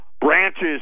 branches